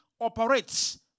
operates